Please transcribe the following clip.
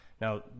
Now